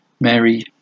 Mary